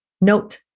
note